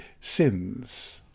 sins